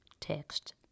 text